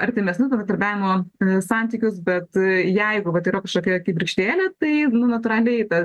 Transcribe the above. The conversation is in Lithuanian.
artimesnius bendradarbiavimo santykius bet jeigu vat yra kažkokia kibirkštėlė tai nu natūraliai ta